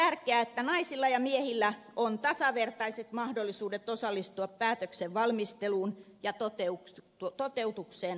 on tärkeää että naisilla ja miehillä on tasavertaiset mahdollisuudet osallistua päätösten valmisteluun ja toteutukseen